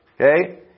Okay